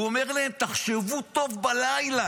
הוא אומר להם: תחשבו טוב בלילה,